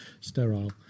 sterile